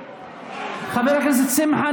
חבר הכנסת שמחה,